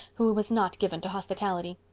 who was not given to hospitality.